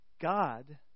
God